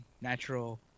natural